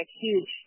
huge